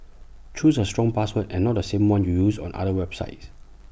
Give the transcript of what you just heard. choose A strong password and not the same one you use on other websites